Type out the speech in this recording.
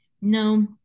no